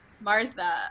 Martha